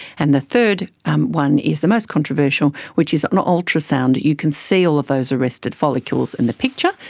and the third one is the most controversial, which is an ultrasound that you can see all of those arrested follicles in the picture.